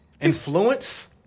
Influence